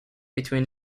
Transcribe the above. between